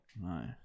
No